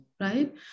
Right